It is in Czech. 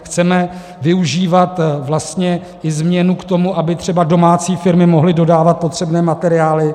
Chceme využívat tu změnu k tomu, aby třeba domácí firmy mohly dodávat potřebné materiály.